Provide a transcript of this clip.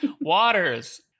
Waters